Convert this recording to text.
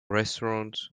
restaurant